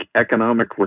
economic